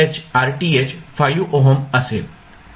तर RTh 5 ohm असेल